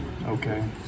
Okay